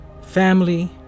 Family